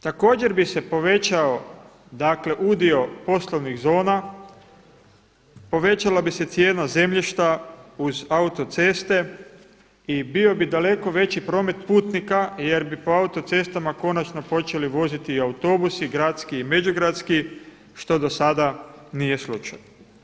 Također bi se povećao dakle udio poslovnih zona, povećala bi se cijena zemljišta uz autoceste i bio bi daleko veći promet putnika jer bi po autocestama konačno počeli voziti autobusi gradski i međugradski što dosada nije slučaj.